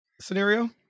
scenario